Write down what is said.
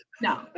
No